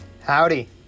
Howdy